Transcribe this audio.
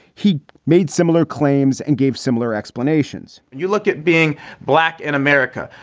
he made similar claims and gave similar explanations you look at being black in america.